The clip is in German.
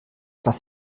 das